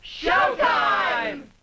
showtime